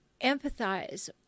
empathize